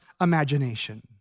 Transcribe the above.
imagination